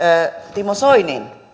timo soinin